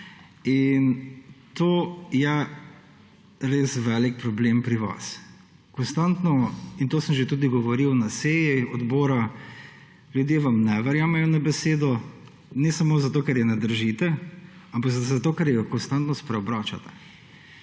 In to je res velik problem pri vas. Konstantno – in to sem že tudi govoril na seji odbora – ljudje vam ne verjamejo na besedo, ne samo zato, ker je ne držite, ampak zato, ker jo konstantno spreobračate.